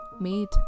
made